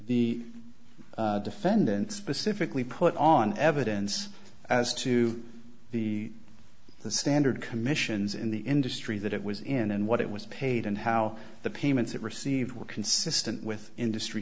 the defendant specifically put on evidence as to the the standard commissions in the industry that it was in and what it was paid and how the payments it received were consistent with industry